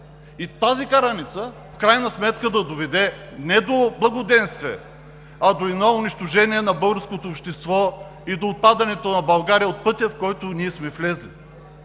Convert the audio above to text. И тази караница в крайна сметка да доведе не до благоденствие, а до едно унищожение на българското общество и до отпадането на България от пътя, в който ние сме влезли.